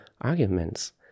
arguments